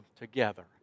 together